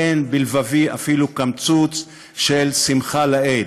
אין בלבבי אפילו קמצוץ של שמחה לאיד.